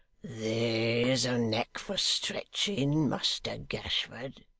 there's a neck for stretching, muster gashford